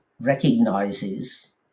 recognizes